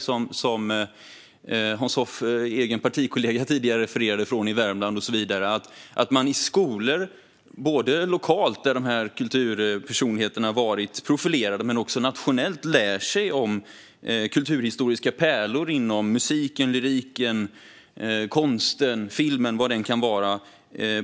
Hans Hoffs egen partikollega från Värmland refererade tidigare till att man i skolor undervisar om lokala kulturpersonligheter och även undervisar om nationella kulturhistoriska pärlor inom musiken, lyriken, konsten, filmen och så vidare.